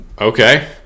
Okay